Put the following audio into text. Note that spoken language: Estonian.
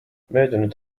möödunud